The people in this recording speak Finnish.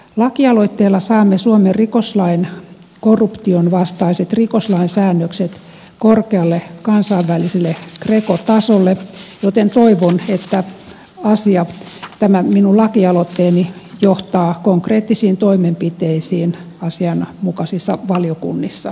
lakialoitteella saamme suomen rikoslain korruptionvastaiset rikoslain säännökset korkealle kansainväliselle greco tasolle joten toivon että asia tämä minun laki aloitteeni johtaa konkreettisiin toimenpiteisiin asianmukaisissa valiokunnissa